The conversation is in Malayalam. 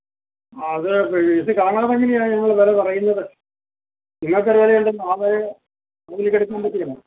അതു പി ഇതു കാണാതെയെങ്ങനെയാണ് ഞങ്ങൾ വില പറയുന്നത് നിങ്ങൾക്കെങ്ങനെയേങ്കിലും താഴ്ന്ന് ആ വിലക്കെടുക്കാന് പറ്റുകയില്ല